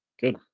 Good